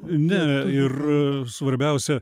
ne ir svarbiausia